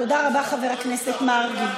תודה רבה, חבר הכנסת מרגי.